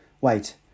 Wait